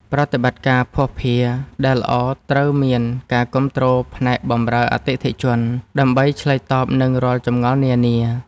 ប្រតិបត្តិការភស្តុភារដែលល្អត្រូវមានការគាំទ្រពីផ្នែកបម្រើអតិថិជន ដើម្បីឆ្លើយតបនឹងរាល់ចម្ងល់នានា។